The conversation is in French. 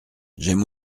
j’aime